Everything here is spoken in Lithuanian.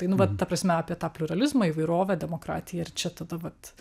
tai nu va ta prasme apie tą pliuralizmą įvairovę demokratiją ir čia tada vat